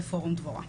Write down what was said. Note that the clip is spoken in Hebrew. ופורום דבורה.